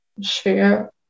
share